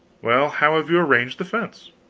well, how have you arranged the fence?